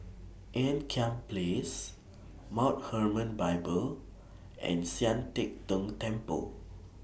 Ean Kiam Place Mount Hermon Bible and Sian Teck Tng Temple